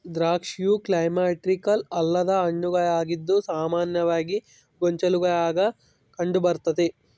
ದ್ರಾಕ್ಷಿಯು ಕ್ಲೈಮ್ಯಾಕ್ಟೀರಿಕ್ ಅಲ್ಲದ ಹಣ್ಣುಗಳಾಗಿದ್ದು ಸಾಮಾನ್ಯವಾಗಿ ಗೊಂಚಲುಗುಳಾಗ ಕಂಡುಬರ್ತತೆ